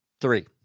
Three